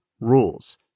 rules